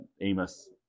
Amos